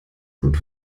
gut